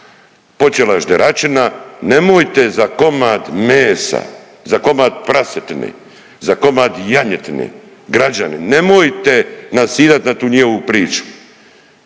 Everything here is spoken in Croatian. počela je žderačina. Nemojte za komad mesa, za komad prasetine, za komad janjetine građani nemojte nasidat na tu njihovu priču.